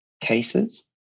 cases